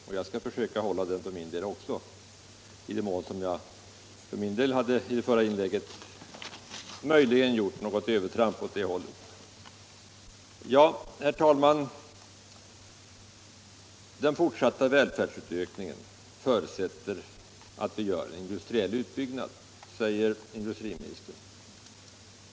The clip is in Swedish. Jag skall också försöka hålla mig till den — i den mån jag i mitt förra inlägg möjligen gjorde något övertramp. Herr talman! Den fortsatta välfärdsutvecklingen förutsätter att vi gör en industriell utbyggnad, säger industriministern.